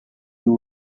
you